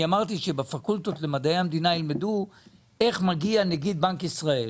אמרתי שבפקולטות למדעי המדינה ילמדו איך מגיע נגיד בנק ישראל,